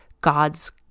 God's